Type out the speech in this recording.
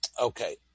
Okay